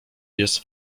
jest